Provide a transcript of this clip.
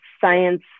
science